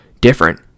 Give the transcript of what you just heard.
different